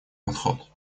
подход